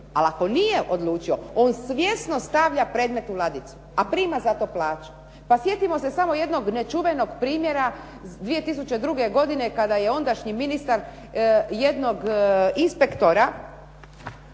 Ali ako nije odlučio, on svjesno stavlja predmet u ladicu a prima za to plaću. Pa sjetimo se samo jednog nečuvenog primjera, 2002. godine kada je ondašnji ministar jednog inspektora